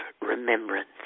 remembrance